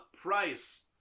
Price